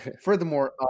Furthermore